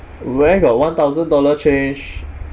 where got one thousand dollar change